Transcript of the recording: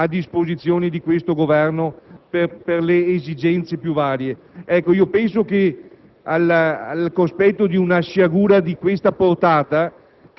a disposizione dell'Esecutivo per le esigenze più varie. Ebbene, io penso che, al cospetto di una sciagura di questa portata